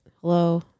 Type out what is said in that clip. Hello